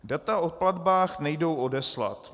Data o platbách nejdou odeslat.